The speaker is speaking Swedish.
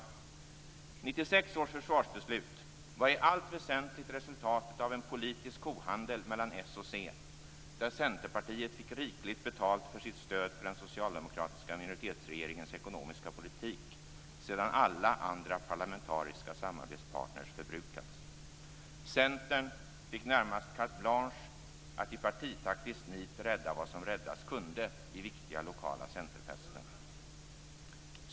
1996 års försvarsbeslut var i allt väsentligt resultatet av en politisk kohandel mellan s och c, där Centerpartiet fick rikligt betalt för sitt stöd för den socialdemokratiska minoritetsregeringens ekonomiska politik, sedan alla andra parlamentariska samarbetspartner förbrukats. Centern fick närmast carte blanche att i partitaktiskt nit rädda vad som räddas kunde i viktiga lokala centerfästen.